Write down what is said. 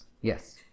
Yes